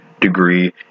degree